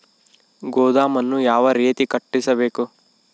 ಗೋದಾಮನ್ನು ಯಾವ ರೇತಿ ಕಟ್ಟಿಸಬೇಕು?